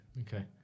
okay